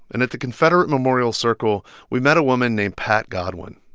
and at the confederate memorial circle, we met a woman named pat godwin.